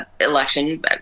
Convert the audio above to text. election